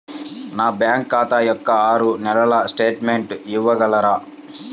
నా బ్యాంకు ఖాతా యొక్క ఆరు నెలల స్టేట్మెంట్ ఇవ్వగలరా?